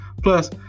Plus